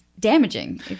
Damaging